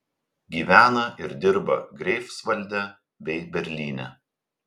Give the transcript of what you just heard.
gyvena ir dirba greifsvalde bei berlyne